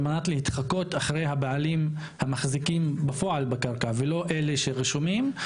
על מנת להתחקות אחרי הבעלים המחזיקים בפועל בקרקע ולא אלה שרשומים.